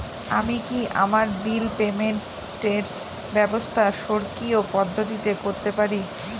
আমি কি আমার বিল পেমেন্টের ব্যবস্থা স্বকীয় পদ্ধতিতে করতে পারি?